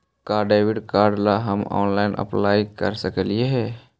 का debit card ला हम ऑनलाइन अप्लाई कर सकली हे?